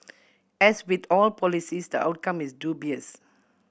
as with all policies the outcome is dubious